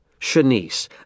Shanice